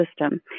system